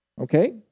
Okay